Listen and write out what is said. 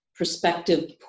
perspective